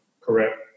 Correct